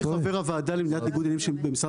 אני חבר הוועדה למניעת ניגוד עניינים במשרד